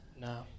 No